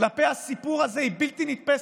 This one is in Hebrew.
כלפי הסיפור הזה היא בלתי נתפסת.